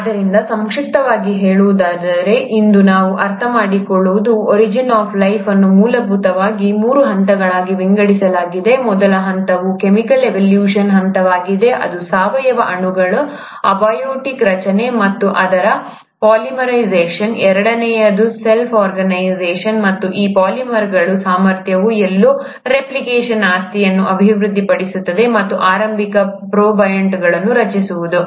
ಆದ್ದರಿಂದ ಸಂಕ್ಷಿಪ್ತವಾಗಿ ಹೇಳುವುದಾದರೆ ಇಂದು ನಾವು ಅರ್ಥಮಾಡಿಕೊಳ್ಳುವುದು ಒರಿಜಿನ್ ಆಫ್ ಲೈಫ್ ಅನ್ನು ಮೂಲಭೂತವಾಗಿ ಮೂರು ಹಂತಗಳಾಗಿ ವಿಂಗಡಿಸಲಾಗಿದೆ ಮೊದಲ ಹಂತವು ಕೆಮಿಕಲ್ ಇವಾಲ್ವೇಷನ್ ಹಂತವಾಗಿದೆ ಇದು ಸಾವಯವ ಅಣುಗಳ ಅಬಿಯೋಟಿಕ್ ರಚನೆ ಮತ್ತು ಅದರ ಪಾಲಿಮರೈಝೇಷನ್ ಎರಡನೆಯದು ಸೆಲ್ಫ್ ಆರ್ಗನೈಜೇಷನ್ ಮತ್ತು ಈ ಪಾಲಿಮರ್ಗಳ ಸಾಮರ್ಥ್ಯವು ಎಲ್ಲೋ ರೆಪ್ಲಿಕೇಷನ್ ಆಸ್ತಿಯನ್ನು ಅಭಿವೃದ್ಧಿಪಡಿಸುತ್ತದೆ ಮತ್ತು ಆರಂಭಿಕ ಪ್ರೋಟೋಬಯಾಂಟ್ಗಳನ್ನು ರಚಿಸುವುದು